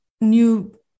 new